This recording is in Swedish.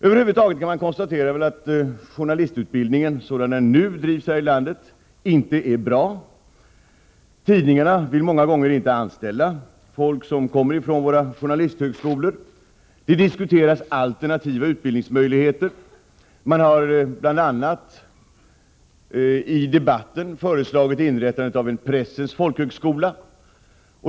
Rent allmänt kan man konstatera att journalistutbildningen som den nu bedrivs här i landet inte är bra. Tidningarna vill många gånger inte anställa folk som kommer ifrån våra journalisthögskolor. Det diskuteras alternativa utbildningsmöjligheter. I debatten har man bl.a. föreslagit inrättandet av en pressens folkhögskola.